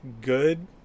good